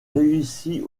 réussit